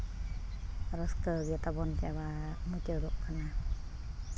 ᱨᱟᱹᱥᱠᱟᱹ ᱜᱮ ᱛᱟᱵᱚᱱ ᱪᱟᱵᱟ ᱢᱩᱪᱟᱹᱫᱚᱜ ᱠᱟᱱᱟ